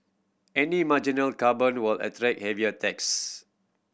any marginal carbon will attract heavier tax